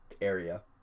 area